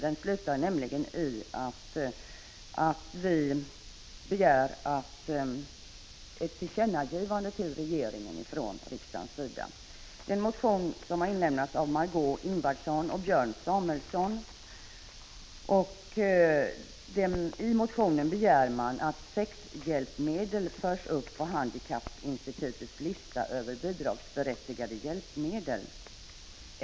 Utskottet begär nämligen ett tillkännagivande till regeringen från riksdagens sida. son, yrkas att sexhjälpmedel förs upp på Handikappinstitutets lista över bidragsberättigade hjälpmedel.